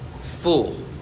Full